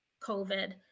COVID